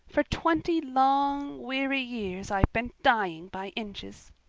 for twenty long, weary years i've been dying by inches.